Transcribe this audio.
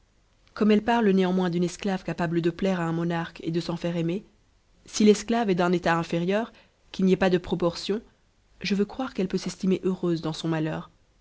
comme elle parle néanmoins d'une esclave capable de plaire à un monarque et de s'en faire aimer si l'esclave est d'un état inférieur qu'il n'y ait pas de proportion je veux croire qu'elle peut s'estimer heureuse dans son malheur